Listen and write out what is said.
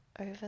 over